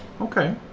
Okay